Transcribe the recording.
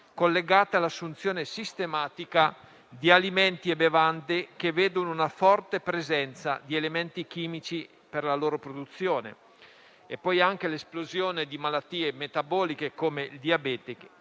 collegate all'assunzione sistematica di alimenti e bevande che vedono una forte presenza di elementi chimici per la loro produzione. Pensiamo altresì all'esplosione di malattie metaboliche come il diabete